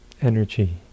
energy